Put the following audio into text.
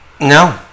No